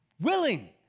willing